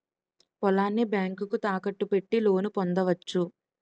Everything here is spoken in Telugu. పొలాన్ని బ్యాంకుకు తాకట్టు పెట్టి లోను పొందవచ్చు